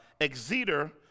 Exeter